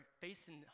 facing